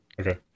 Okay